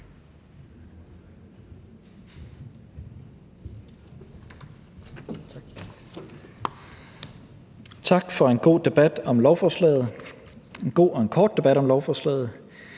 Tak for en god debat om lovforslaget – en god og en kort debat om lovforslaget.